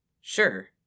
Sure